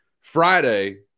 Friday